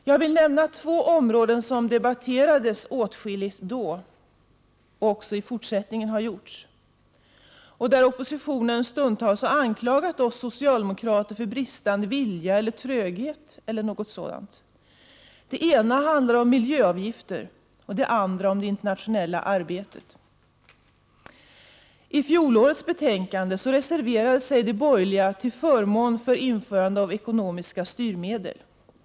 Jag vill nämna två områden som debatterades åtskilligt då, och har debatterats även senare, och där oppositionen stundtals har anklagat oss socialdemokrater för bristande vilja eller tröghet. Det ena handlar om miljöavgifter, det andra om det internationella arbetet. I fjolårets betänkande reserverade sig de borgerliga till förmån för införande av ekonomiska styrmedel.